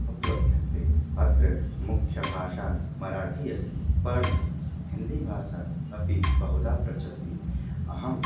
उपलभ्यन्ते अत्र मुख्यभाषा मराठी अस्ति परन्तु हिन्दीभाषा अपि बहुधा प्रचलति अहं